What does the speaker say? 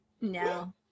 No